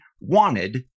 wanted